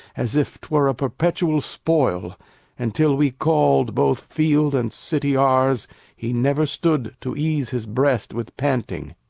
as if twere a perpetual spoil and till we call'd both field and city ours he never stood to ease his breast with panting.